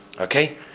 Okay